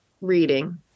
reading